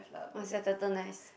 was the turtle nice